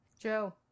Joe